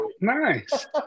Nice